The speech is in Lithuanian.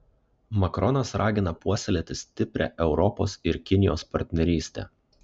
makronas ragina puoselėti stiprią europos ir kinijos partnerystę